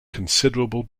considerable